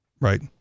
Right